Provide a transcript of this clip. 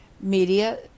media